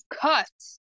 cuts